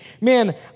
Man